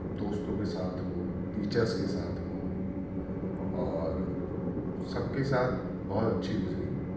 دوستوں کے ساتھ ہو ٹیچرس کے ساتھ ہو اور سب کے ساتھ بہت اچھی گذری